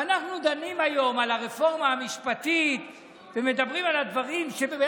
ואנחנו דנים היום על הרפורמה המשפטית ומדברים על הדברים שבית